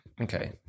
Okay